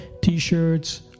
t-shirts